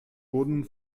wurden